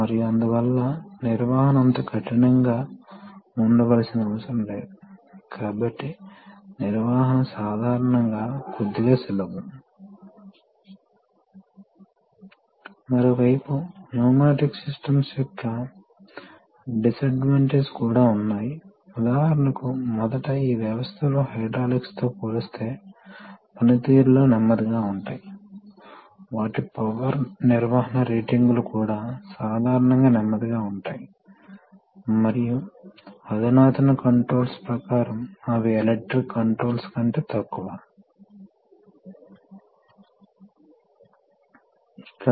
కాబట్టి మీరు ఈ మొత్తాన్ని చూడవచ్చు ఎందుకంటే నాచ్ V ఆకారంలో ఉంటుంది కాబట్టి ఇది తిప్పబడితే V యొక్క చివరలు ఇక్కడకు వస్తాయి ఇది ఇలా అవుతుంది ఈ క్రెసెంట్ ఇలా అవుతుంది అప్పుడు ద్రవం ఈ ఓపెనింగ్ ద్వారా ప్రవహించవలసి ఉంది ప్రస్తుతం ఇది చాలా వరకు ప్రవహిస్తోంది కాబట్టి వాస్తవానికి క్రాస్ సెక్షన్ మారుతూ ఉంటుంది ఇక్కడ క్రాస్ సెక్షన్ తక్కువగా ఉంటుంది ఇక్కడ క్రాస్ సెక్షన్ ఎక్కువ ఇక్కడ క్రాస్ సెక్షన్ గరిష్టంగా ఉంటుంది